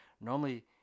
normally